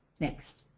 next.